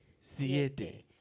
siete